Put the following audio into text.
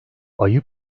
ayı